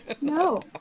no